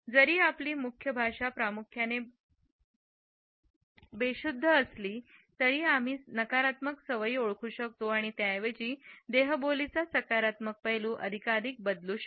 जरी आपली मुख्य भाषा प्रामुख्याने बेशुद्ध असली तरी आम्ही काही नकारात्मक सवयी ओळखू शकतो आणि त्याऐवजी देहबोलीचा सकारात्मक पैलू अधिकाधिक बदलू शकतो